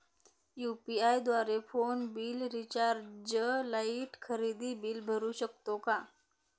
UPI द्वारे phone bill, recharge, light, खरेदी bill भरू शकतो का?